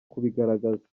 kubigaragaza